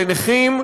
לנכים,